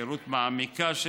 היכרות מעמיקה,